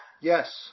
Yes